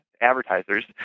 advertisers